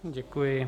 Děkuji.